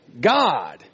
God